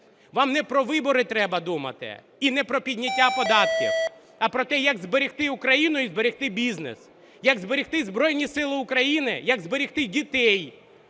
Вам не про вибори треба думати і не про підняття податків, а про те, як зберегти Україну і зберегти бізнес, як зберегти Збройні Сили України і як зберегти дітей,